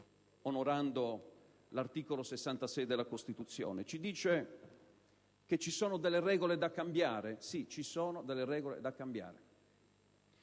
onorando l'articolo 66 della Costituzione) ci dice che esistono delle regole da cambiare. Sì, ci sono delle regole da cambiare.